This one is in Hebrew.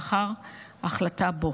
לאחר החלטה בו.